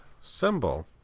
symbol